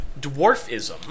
dwarfism